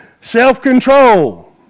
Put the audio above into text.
Self-control